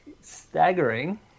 staggering